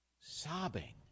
sobbing